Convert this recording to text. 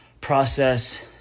process